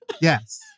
yes